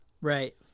Right